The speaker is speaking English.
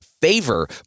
favor